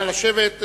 נא לשבת.